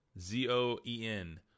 Z-O-E-N